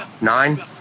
Nine